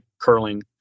curling